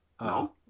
No